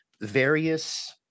Various